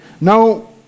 Now